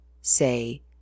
say